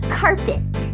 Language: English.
carpet